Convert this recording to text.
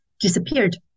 disappeared